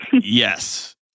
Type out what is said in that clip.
Yes